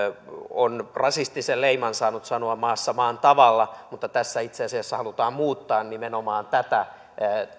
on rasistisen leiman saanut sanoa maassa maan tavalla mutta tässä itse asiassa halutaan muuttaa nimenomaan tätä